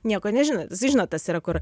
nieko nežinantis tai žinot tas yra kur